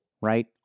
right